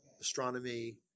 astronomy